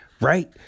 right